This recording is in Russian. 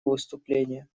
выступление